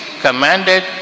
commanded